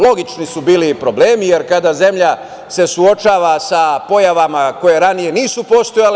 Logični su bili problemi, jer kada se zemlja suočava sa pojavama koje ranije nisu postojale.